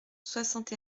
soixante